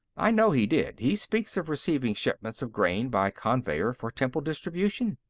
i know he did he speaks of receiving shipments of grain by conveyer for temple distribution.